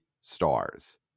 stars